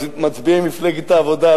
מצביעי מפלגת העבודה,